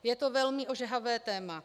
Je to velmi ožehavé téma.